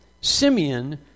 Simeon